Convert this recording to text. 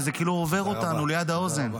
וזה כאילו עובר אותנו ליד האוזן.